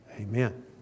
Amen